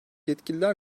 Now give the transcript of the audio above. yetkililer